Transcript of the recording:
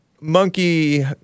Monkey